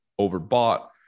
overbought